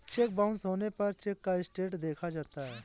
check bounce होने पर cheque का स्टेटस देखा जाता है